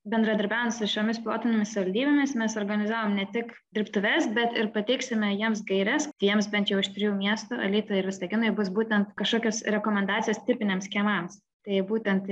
bendradarbiaujant su šiomis pilotinėmis saldybėmis mes organizavom ne tik dirbtuves bet ir pateiksime jiems gaires tiems bent jau iš trijų miestų alytui ir visaginui bus būtent kažkokios rekomendacijos tipiniams kiemams tai būtent